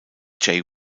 jay